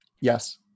Yes